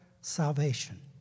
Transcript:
salvation